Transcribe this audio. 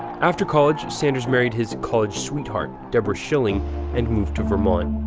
after college, sanders married his college sweetheart deborah shilling and moved to vermont,